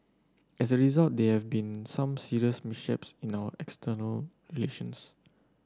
as a result there have been some serious mishaps in our external relations